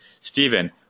Stephen